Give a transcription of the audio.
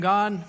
God